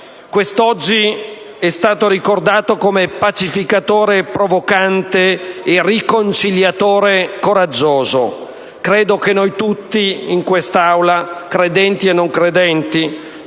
Quest'oggi è stato ricordato come «pacificatore provocante e riconciliatore coraggioso». Credo che noi tutti in quest'Aula, credenti e non credenti,